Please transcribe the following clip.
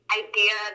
idea